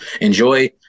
enjoy